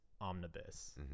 Omnibus